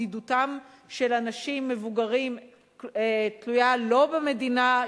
בדידותם של אנשים מבוגרים תלויה לא במדינה,